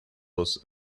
was